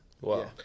Wow